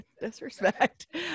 disrespect